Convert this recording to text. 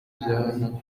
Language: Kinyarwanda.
byagarukaga